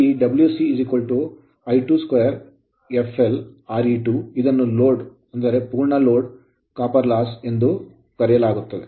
ಇಲ್ಲಿ Wc I2 2 fl Re2ಇದನ್ನು full load ಪೂರ್ಣ ಲೋಡ್ copper loss ತಾಮ್ರದ ನಷ್ಟ ಎಂದು ಕರೆಯಲಾಗುತ್ತದೆ